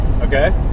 Okay